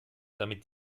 damit